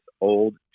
old